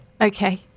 Okay